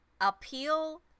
appeal